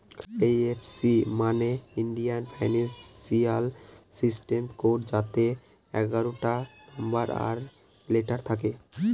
IFC মানে Indian financial system code যাতে এগারোটা নম্বর আর লেটার থাকে